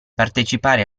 partecipare